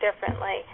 differently